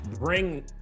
bring